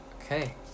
Okay